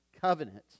covenant